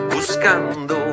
Buscando